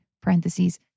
parentheses